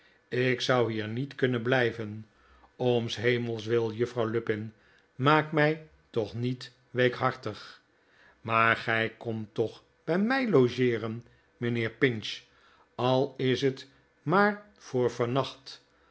ik zou hier niet kunnen blijven om s hemels wil juffrouw lupin maak mij toch niet weekhartig maar gij komt toch bij mij logeeren mijnheer pinch al is het maar voor vannacht